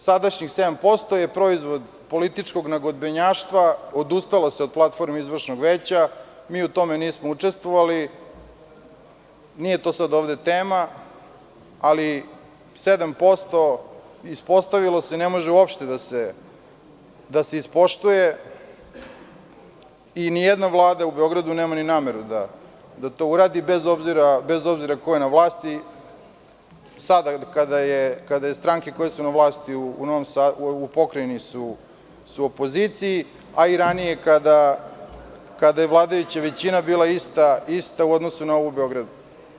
Sadašnjih 7% je proizvod političkog nagodbenjaštva, odustalo se od platforme Izvršnog veća, mi u tome nismo učestvovali, nije to sada ovde tema, ali 7% ispostavilo se da ne može uopšte da se ispoštuje i nijedna Vlada u Beogradu nema nameru da to uradi, bez obzira ko je na vlasti, sada kada stranke koje su na vlasti u Pokrajini su u opoziciji, a i ranije kada je vladajuća većina bila ista u odnosu na ovu u Beogradu.